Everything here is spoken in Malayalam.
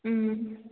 മ്മ്